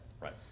right